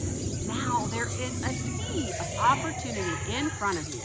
now, there is a sea of opportunity in front of you.